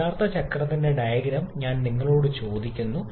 യഥാർത്ഥ ചക്രത്തിന്റെ അതേ ഡയഗ്രം ഞാൻ നിങ്ങളോട് ചോദിക്കുന്നു